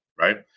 Right